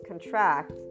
contract